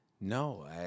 No